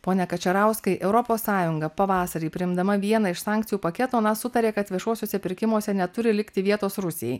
pone kačerauskai europos sąjunga pavasarį priimdama vieną iš sankcijų paketo na sutarė kad viešuosiuose pirkimuose neturi likti vietos rusijai